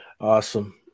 Awesome